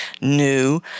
new